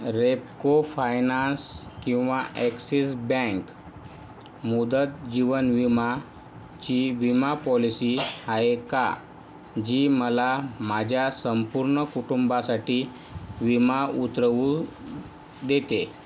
Repco finance किंवा Axis bank मुदत जीवन विमाची विमा पॉलिसी आहे का जी मला माझ्या संपूर्ण कुटुंबासाठी विमा उतरवू देते